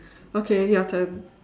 okay your turn